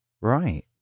Right